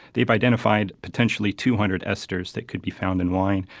they've identified potentially two hundred esters that could be found in wine.